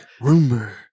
Rumor